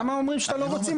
למה אומרים שאנחנו לא רוצים?